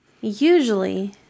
usually